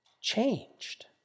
changed